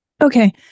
Okay